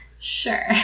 Sure